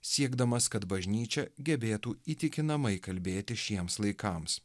siekdamas kad bažnyčia gebėtų įtikinamai kalbėti šiems laikams